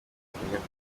umunyabyaha